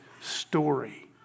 story